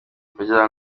kugira